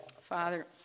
Father